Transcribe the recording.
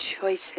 choices